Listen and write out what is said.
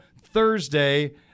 Thursday